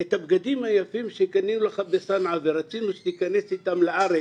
את הבגדים היפים שקנינו לך בצנעא ורצינו שתיכנס איתם לארץ,